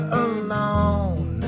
alone